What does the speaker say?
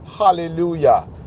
hallelujah